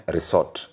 Resort